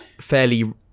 fairly